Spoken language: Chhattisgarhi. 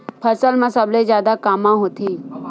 फसल मा सबले जादा कामा होथे?